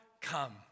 come